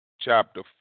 chapter